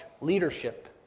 leadership